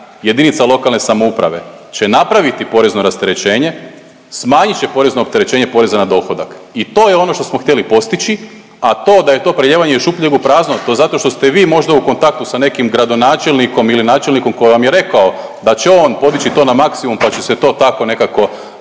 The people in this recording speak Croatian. jedinica lokalne samouprave će napraviti porezno rasterećenje, smanjit će porezno opterećenje poreza na dohodak i to je ono što smo htjeli postići. A to da je to prelijevanje iz šupljeg u prazno to zato što ste vi možda u kontaktu sa nekim gradonačelnikom ili načelnikom koji vam je rekao da će on podići to na maksimum pa će se to tako nekako